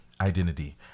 identity